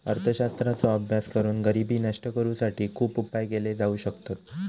अर्थशास्त्राचो अभ्यास करून गरिबी नष्ट करुसाठी खुप उपाय केले जाउ शकतत